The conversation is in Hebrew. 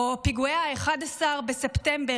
או פיגועי 11 בספטמבר,